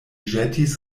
ĵetis